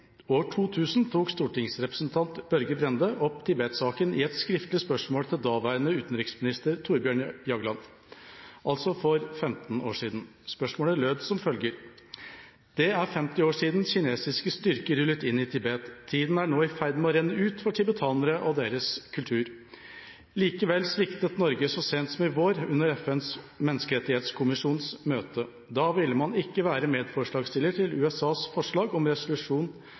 år 2000 tok stortingsrepresentant Børge Brende opp Tibet-saken i et skriftlig spørsmål til daværende utenriksminister Thorbjørn Jagland – altså for 15 år siden. Spørsmålet lød som følger: «Det er 50 år siden kinesiske styrker rullet inn i Tibet. Tiden er nå i ferd med å renne ut for tibetanerne og deres kultur. Likevel sviktet Norge så sent som i vår under FNs menneskerettighetskommisjons møte. Da ville man ikke være medforslagsstiller til USAs forslag om resolusjon